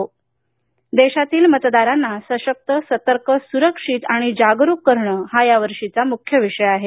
देशातील मतदारांना सशक्त सतर्क सुरक्षित आणि जागरूक करणं हा यावर्षीचा विषय आहे